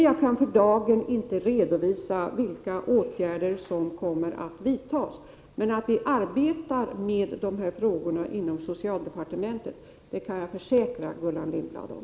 Jag kan emellertid inte för dagen redovisa vilka åtgärder som kommer att vidtas, men att vi arbetar med dessa frågor inom socialdepartementet kan jag försäkra Gullan Lindblad om.